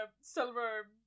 Silver